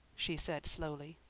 she said slowly.